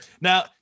Now